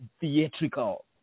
theatrical